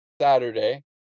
Saturday